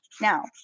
Now